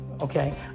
okay